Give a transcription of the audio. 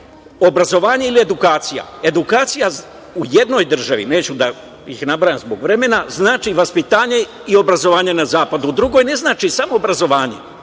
obrazovanje ili edukacija. Edukacija u jednoj državi, neću da ih nabrajam zbog vremena, znači vaspitanje i obrazovanje na zapadu. U drugoj ne znači, samo obrazovanje.